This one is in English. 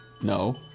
No